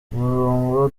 umurongo